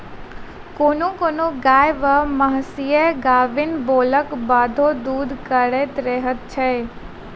कोनो कोनो गाय वा महीस गाभीन भेलाक बादो दूध करैत रहैत छै